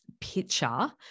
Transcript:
picture